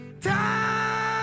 Time